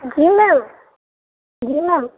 جی ma'am جی میم